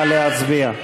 נא להצביע.